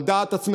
על דעת עצמכם,